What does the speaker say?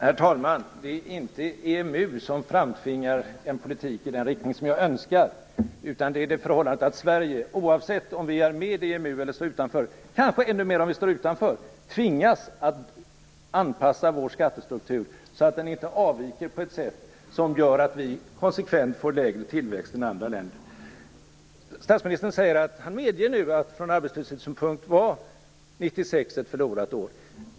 Herr talman! Det är inte EMU som framtvingar en politik i den riktning som jag önskar. Det är i stället det förhållande att vi i Sverige oavsett om vi är med i EMU eller om vi står utanför - kanske ännu mer om vi står utanför - tvingas att anpassa vår skattestruktur så att den inte avviker på ett sätt som gör att Sverige konsekvent får lägre tillväxt än andra länder. Statsministern säger nu att han medger att från arbetslöshetssynpunkt var 1996 ett förlorat år.